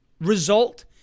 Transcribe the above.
result